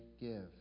give